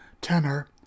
tenor